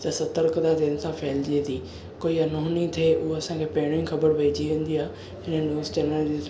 त सतर्कता जंहिंसां फहिलिजे थी कोइ अनहोनी थे हूअ असां खे पहिरियों ई ख़बर पहिजी वेंदी आहे हिननि न्यूज़ जे